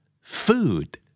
Food